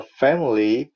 family